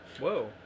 whoa